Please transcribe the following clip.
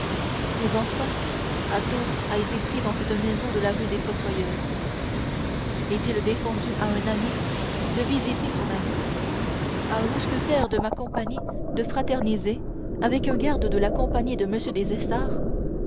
mais enfin athos a été pris dans cette maison de la rue des fossoyeurs est-il défendu à un ami de visiter un ami à un mousquetaire de ma compagnie de fraterniser avec un garde de la compagnie de m